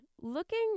looking